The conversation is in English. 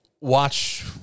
watch